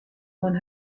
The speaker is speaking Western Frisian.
oan